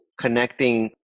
connecting